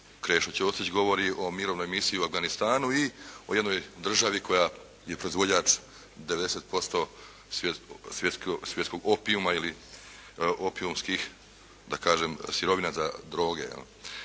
Krešo Ćosić govori o Mirovnoj misiji u Afganistanu i o jednoj državi koja je proizvođač 90% svjetskog opijuma ili opijumskih da kažem sirovina za droge